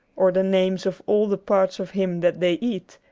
or the names of all the parts of him that they eat,